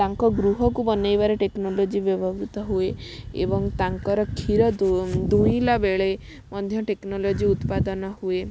ତାଙ୍କ ଗୃହକୁ ବନେଇବାରେ ଟେକ୍ନୋଲୋଜି ବ୍ୟବହୃତ ହୁଏ ଏବଂ ତାଙ୍କର କ୍ଷୀର ଦୁ ଦୁଇଁଲା ବେଳେ ମଧ୍ୟ ଟେକ୍ନୋଲୋଜି ଉତ୍ପାଦନ ହୁଏ